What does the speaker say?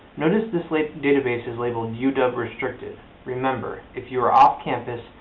notice this like database is labeled uw-restricted. remember if you are off campus,